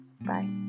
Bye